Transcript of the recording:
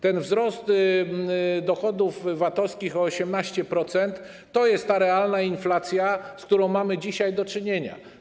Ten wzrost dochodów VAT-owskich o 18% to jest ta realna inflacja, z którą mamy dzisiaj do czynienia.